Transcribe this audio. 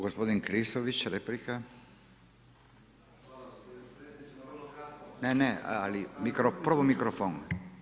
Gospodin Klisović, replika. … [[Upadica sa strane, ne razumije se.]] Ne, ne, ali prvo mikrofon.